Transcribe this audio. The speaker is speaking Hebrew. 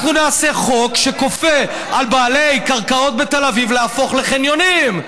אנחנו נעשה חוק שכופה על בעלי קרקעות בתל אביב להפוך לחניונים.